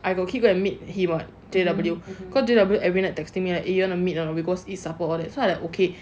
I got keep go and meet him what J_W cause J_W every night texting me right eh you wanna meet or not we go supper all that so I was like okay